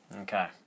Okay